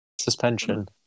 Suspension